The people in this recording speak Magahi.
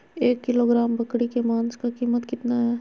एक किलोग्राम बकरी के मांस का कीमत कितना है?